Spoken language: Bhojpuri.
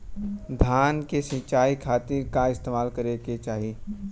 धान के सिंचाई खाती का इस्तेमाल करे के चाही?